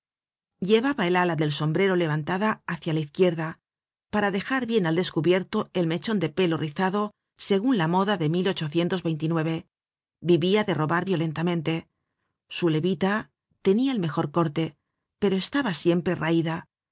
el ala del sombrero levantada hácia la izquierda para dejar bien al descubierto el mechon de pelo rizado segun la moda de vivia de robar violentamente su levita tenia el mejor corte pero estaba siempre raida